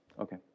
okay